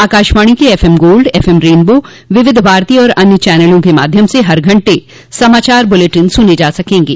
आकाशवाणी के FM gold FM rainbow Vividh Bharati और अन्य चनलों के माध्यम से हर घंटे समाचार बुलेटिन सुने जा सकेंगे